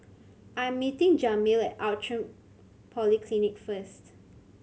I am meeting Jameel Outram Polyclinic first